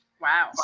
Wow